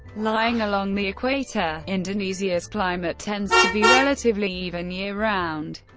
lying along the equator, indonesia's climate tends to be relatively even year-round.